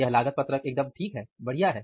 यह लागत पत्रक एकदम ठीक है बढ़िया है